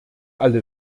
alle